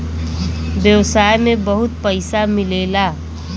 व्यवसाय में बहुत पइसा मिलेला